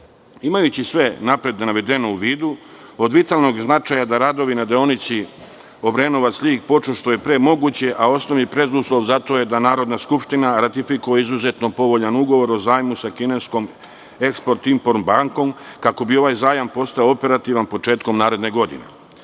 70%.Imajući sve napred navedeno u vidu, od vitalnog je značaja da radovi na deonici Obrenovac-Ljig počnu što je pre moguće, a osnovni preduslov za to je da Narodna skupština ratifikuje izuzetno povoljan Ugovor o zajmu sa kineskom „Eksport-import bankom“, kako bi ovaj zajam postao operativan početkom naredne godine. Na